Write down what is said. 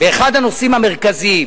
באחד הנושאים המרכזיים,